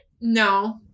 No